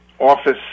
office